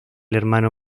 hermano